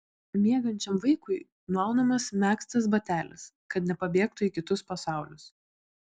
miegančiam vaikui nuaunamas megztas batelis kad nepabėgtų į kitus pasaulius